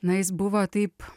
na jis buvo taip